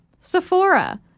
Sephora